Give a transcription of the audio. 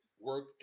work